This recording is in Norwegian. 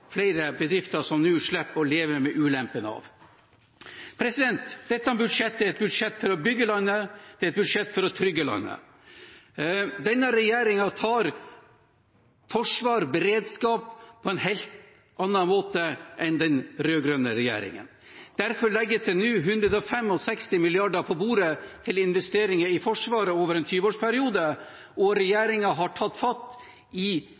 flere bedrifter som nå slipper å leve med ulempen med denne særnorske skatten. Dette budsjettet er et budsjett for å bygge landet, det er et budsjett for å trygge landet. Denne regjeringen tar fatt i forsvar og beredskap på en helt annen måte enn den rød-grønne regjeringen. Derfor legges det nå 165 mrd. kr på bordet til investeringer i Forsvaret over en 20-årsperiode, og regjeringen har tatt fatt i